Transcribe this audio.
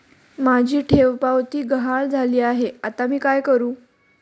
माझी ठेवपावती गहाळ झाली आहे, आता मी काय करु?